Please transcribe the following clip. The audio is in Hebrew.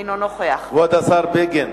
אינו נוכח כבוד השר בגין.